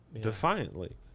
Defiantly